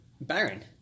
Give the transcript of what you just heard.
Baron